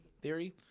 theory